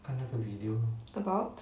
about